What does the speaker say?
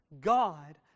God